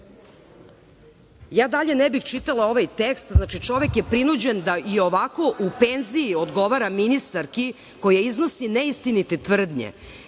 ne bih čitala ovaj tekst. Znači, čovek je prinuđen da i ovako, u penziji, odgovara ministarki koja iznosi neistinite tvrdnje. Vi